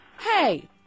Hey